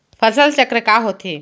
फसल चक्र का होथे?